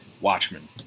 Watchmen